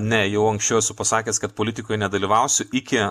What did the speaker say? ne jau anksčiau esu pasakęs kad politikoj nedalyvausiu iki